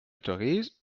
autorise